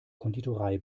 konditorei